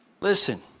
Listen